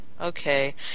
Okay